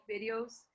videos